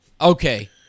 Okay